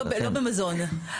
לא במזון.